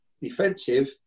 defensive